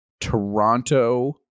Toronto